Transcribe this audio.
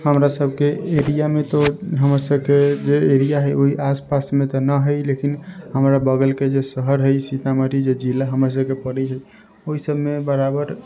हमरा सबके एरियामे तऽ हमर सबके जे एरिया हय ओइ आसपासमे तऽ नहि हय लेकिन हमरा बगलके जे शहर हय सीतामढ़ी जे जिला जे हमर सबके पड़ै छै ओइ सबमे बराबर